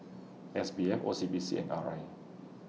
S B F O C B C and R I